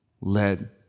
led